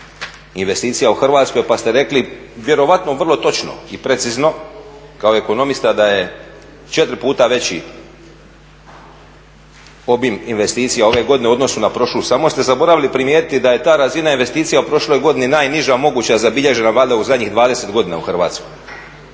investicija u Hrvatskoj pa ste rekli vjerojatno vrlo točno i precizno kao ekonomista da je četiri puta veći obim investicija ove godine u odnosu na prošlu. Samo ste zaboravili primijetiti da je ta razina investicija u prošloj godini najniža moguća zabilježena valjda u zadnjih 20 godina u Hrvatskoj.